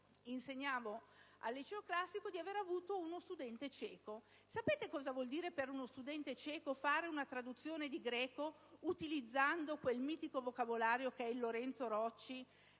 insegnavo al liceo classico, di aver avuto uno studente cieco. Sapete cosa vuol dire per uno studente cieco fare una traduzione dal greco utilizzando quel mitico vocabolario che è il «Lorenzo Rocci»